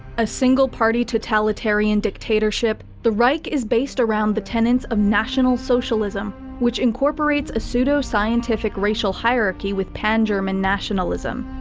a single-party totalitarian dictatorship, the reich is based around the tenants of national socialism which incorporates a pseudo scientific racial hierarchy with pan-german nationalism.